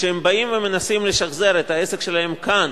כשהם באים ומנסים לשחזר את העסק שלהם כאן,